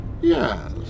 Yes